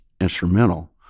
instrumental